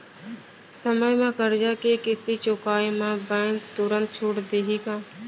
समय म करजा के किस्ती चुकोय म बैंक तुरंत छूट देहि का?